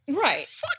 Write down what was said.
Right